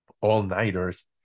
all-nighters